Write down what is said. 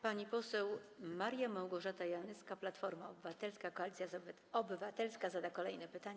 Pani poseł Maria Małgorzata Janyska, Platforma Obywatelska - Koalicja Obywatelska, zada kolejne pytanie.